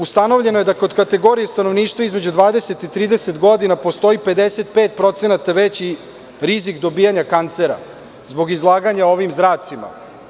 Ustanovljeno je da kod kategorije stanovništva između 20 i 30 godina postoji 55% veći rizik dobijanja kancera, a zbog izlaganja ovim zracima.